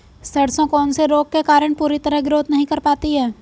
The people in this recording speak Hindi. सरसों कौन से रोग के कारण पूरी तरह ग्रोथ नहीं कर पाती है?